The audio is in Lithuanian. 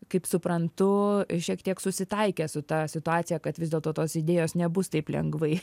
kaip suprantu šiek tiek susitaikė su ta situacija kad vis dėlto tos idėjos nebus taip lengvai